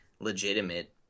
legitimate